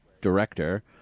Director